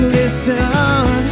listen